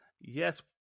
Yes